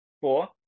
Four